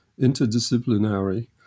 interdisciplinary